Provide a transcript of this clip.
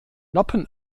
noppen